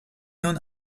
nun